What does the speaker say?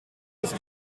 des